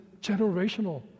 generational